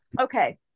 Okay